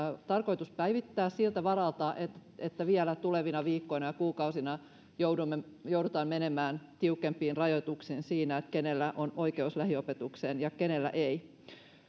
tarkoitus päivittää siltä varalta että että vielä tulevina viikkoina ja kuukausina joudutaan joudutaan menemään tiukempiin rajoituksiin siinä kenellä on oikeus lähiopetukseen ja kenellä ei